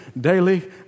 Daily